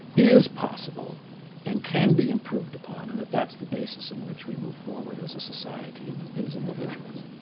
is possible and can be improved upon and that that's the basis in which we move forward as a society and as as individuals.